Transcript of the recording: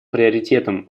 приоритетом